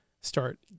start